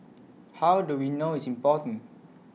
how do we know it's important